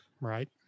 Right